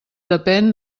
depèn